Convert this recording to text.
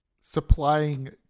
supplying